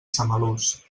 samalús